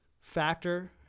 factor